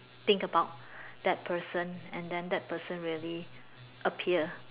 think about that person and then that person really appear